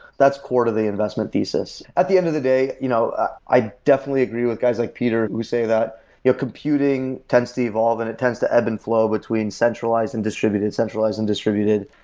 that's core to the investment thesis. at the end of the day, you know ah i definitely agree with guys like peter who say that computing tends to evolve and it tends to ebb and flow between centralized and distributed, centralized and distributed.